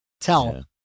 tell